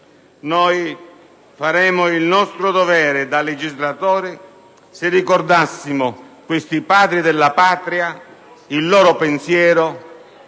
Noi faremmo il nostro dovere di legislatori se ricordassimo questi Padri della Patria, il loro pensiero,